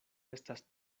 estas